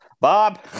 Bob